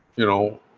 you know